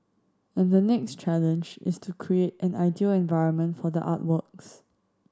and the next challenge is to create an ideal environment for the artworks